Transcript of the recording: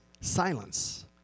silence